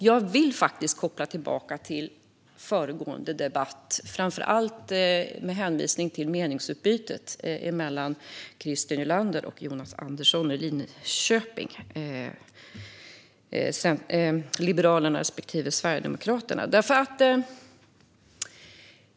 Jag vill koppla tillbaka till föregående debatt, och då framför allt till meningsutbytet mellan Christer Nylander och Jonas Andersson i Linköping, Liberalerna respektive Sverigedemokraterna.